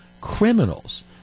criminals